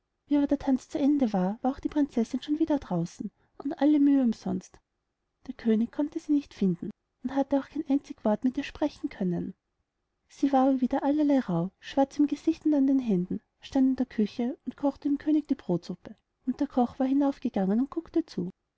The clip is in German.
der tanz zu ende war war auch die prinzessin schon wieder draußen und alle mühe umsonst der könig konnte sie nicht finden und hatte auch kein einzig wort mit ihr sprechen können sie war aber wieder allerlei rauh schwarz im gesicht und an den händen stand in der küche und kochte dem könig die brodsuppe und der koch war hinaufgegangen und guckte zu